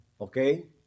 okay